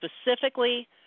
specifically